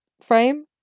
frame